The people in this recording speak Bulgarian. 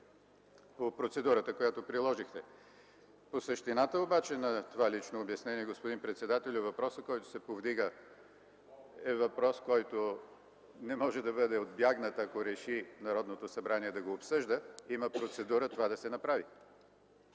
по процедурата, която приложихте. По същината обаче на това лично обяснение, господин председателю, въпросът, който се повдига, е въпрос, който не може да бъде отбягнат, ако реши Народното събрание да го обсъжда – има процедура това да се направи.